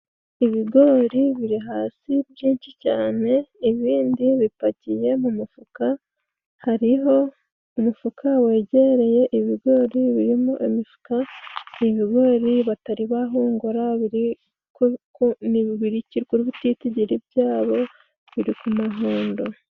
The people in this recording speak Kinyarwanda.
Ibigori biri hasi byinshi cane ibindi bipakiye mu mufuka, hariho umufuka wegereye ibigori biri mu mifuka ibigori batari bahungura biri kubitititegiri byabo biri ku mahundo.